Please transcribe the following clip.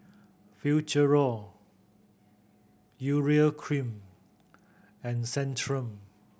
Futuro Urea Cream and Centrum